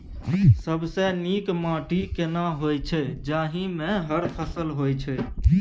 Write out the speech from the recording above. सबसे नीक माटी केना होय छै, जाहि मे हर फसल होय छै?